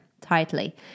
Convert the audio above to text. tightly